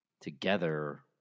together